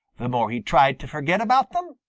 the more he tried to forget about them,